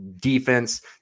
defense